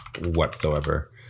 whatsoever